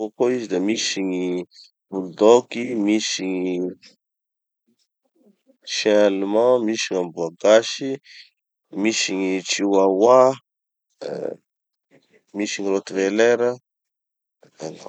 Amboa koa izy da misy gny bulldog, misy gny chiens allemands, misy gn'amboa gasy, misy gny chihuahua, misy gny rottweiler, zay angamba.